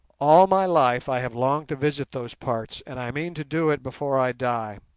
all my life i have longed to visit those parts, and i mean to do it before i die.